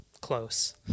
close